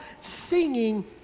singing